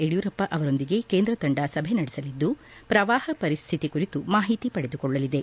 ಯಡಿಯೂರಪ್ಪ ಅವರೊಂದಿಗೆ ಕೇಂದ್ರ ತಂಡ ಸಭೆ ನದೆಸಲಿದ್ದು ಪ್ರವಾಹ ಪರಿಸ್ಥಿತಿ ಕುರಿತು ಮಾಹಿತಿ ಪಡೆದುಕೊಳ್ಳಲಿದೆ